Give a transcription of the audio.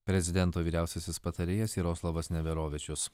prezidento vyriausiasis patarėjas jaroslavas neverovičius